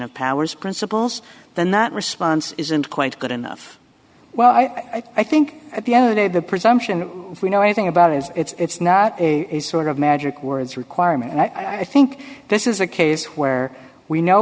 of powers principles then that response isn't quite good enough well i think at the other day the presumption if we know anything about it is it's not a sort of magic words requirement and i think this is a case where we know